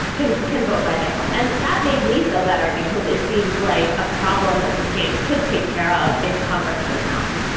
can but can vote by mail. and that made me feel better because it seems like a problem that the states could take care of if congress does not,